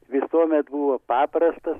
visuomet buvo paprastas